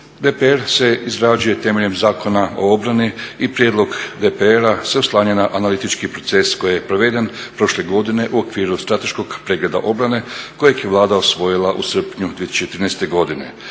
DPR se izrađuje temeljem Zakona o obrani i prijedlog DPR se oslanja na analitički proces koji je proveden prošle godine u okviru strateškog pregleda obrane kojeg je Vlada usvojila u srpnju 2013. godine,